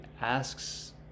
asks